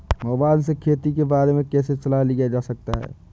Mobile से खेती के बारे कैसे सलाह लिया जा सकता है?